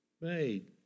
made